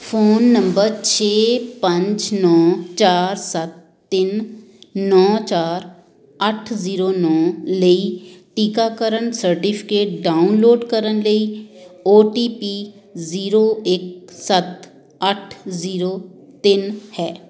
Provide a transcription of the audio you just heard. phone number ਛੇ ਪੰਜ ਨੌਂ ਚਾਰ ਸੱਤ ਤਿੰਨ ਨੌਂ ਚਾਰ ਅੱਠ ਜ਼ੀਰੋ ਨੌਂ ਲਈ ਟੀਕਾਕਰਨ ਸਰਟੀਫਿਕੇਟ ਡਾਊਨਲੋਡ ਕਰਨ ਲਈ ਓ ਟੀ ਪੀ ਜ਼ੀਰੋ ਇੱਕ ਸੱਤ ਅੱਠ ਜ਼ੀਰੋ ਤਿੰਨ ਹੈ